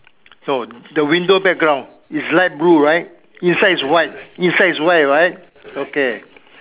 no the window background is light blue right inside is white inside is white right okay